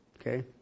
okay